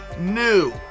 new